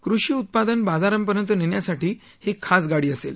कृषी उत्पादनं बाजारापर्यंत नेण्यासाठी ही खास गाडी असेल